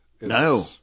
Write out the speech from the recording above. No